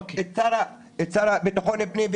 את השר לביטחון הפנים,